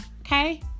okay